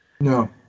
No